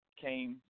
came